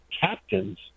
captains